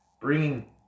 bringing